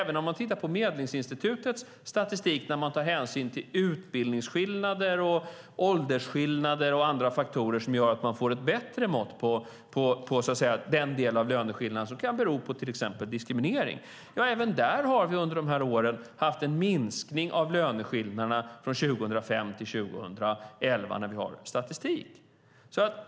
I Medlingsinstitutets statistik tar man hänsyn till utbildningsskillnader, åldersskillnader och andra faktorer som gör att man får ett bättre mått på den del av löneskillnaden som kan bero på till exempel diskriminering. Även där ser vi dock att vi har haft en minskning av löneskillnaderna under åren 2005-2011, när vi har statistik.